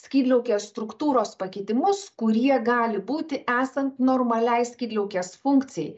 skydliaukės struktūros pakitimus kurie gali būti esan normaliai skydliaukės funkcijai